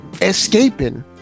escaping